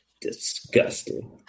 disgusting